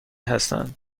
هستند